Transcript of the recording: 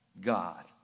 God